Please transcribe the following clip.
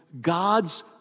God's